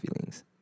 feelings